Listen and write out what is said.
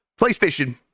PlayStation